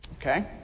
Okay